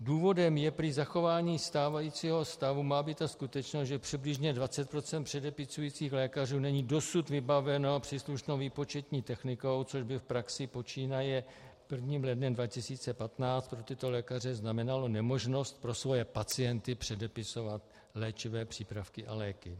Důvodem pro zachování stávajícího stavu, má být ta skutečnost, že přibližně 20 % předepisujících lékařů není dosud vybaveno příslušnou výpočetní technikou, což by v praxi počínaje 1. lednem 2015 pro tyto lékaře znamenalo nemožnost pro svoje pacienty předepisovat léčivé přípravky a léky.